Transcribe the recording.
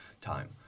time